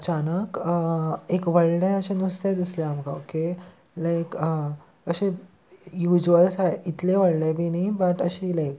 अचानक एक व्हडलें अशें नुस्तें दिसलें आमकां ओके लायक अशें युजवल इतलें व्हडलें बी न्ही बट अशी लायक